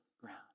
ground